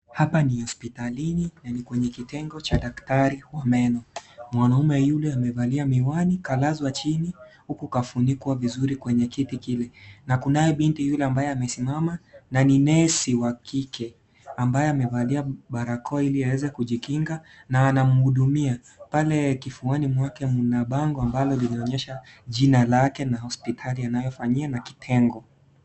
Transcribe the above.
Hapa ni hospitalini na ni kwenye kitengo cha dakatari wa meno. Mwanaume yule kavalia miwani kalazwa chini huku kafunikwa vizuri kwenye kiti kile, na kunaye binti yule ambaye amesimama na ni nesi wa kike ambaye amevalia barakoa ili aweze kujikinga na anamhudumia. Pale kifuani mwake mna bango ambalo linaonyesha jina lake na hospitali anayoifanyia na kitengo.